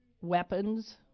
weapons